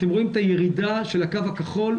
אתם רואים את הירידה של הקו הכחול,